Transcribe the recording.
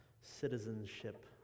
citizenship